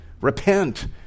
Repent